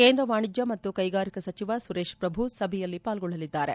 ಕೇಂದ್ರ ವಾಣಿಜ್ಯ ಮತ್ತು ಕೈಗಾರಿಕಾ ಸಚಿವ ಸುರೇಶ್ ಪ್ರಭು ಸಭೆಯಲ್ಲಿ ಪಾರ್ಗೊಳ್ಳಲಿದ್ದಾರೆ